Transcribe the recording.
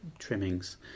trimmings